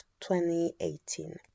2018